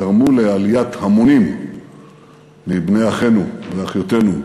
וגרמו לעליית המונים מבני אחינו ואחיותינו